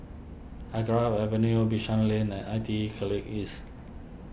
Avenue Bishan Lane and I T E College East